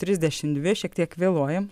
trisdešimt dvi šiek tiek vėluojam